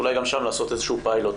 אולי גם שם לעשות איזשהו פיילוט.